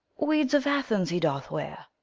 weeds of athens he doth wear